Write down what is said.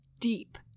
deep